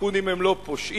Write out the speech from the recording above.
הטייקונים הם לא פושעים,